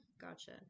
gotcha